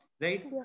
right